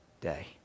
day